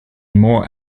more